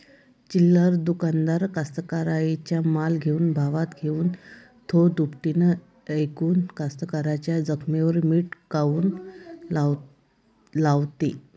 चिल्लर दुकानदार कास्तकाराइच्या माल कमी भावात घेऊन थो दुपटीनं इकून कास्तकाराइच्या जखमेवर मीठ काऊन लावते?